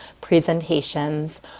presentations